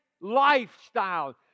lifestyle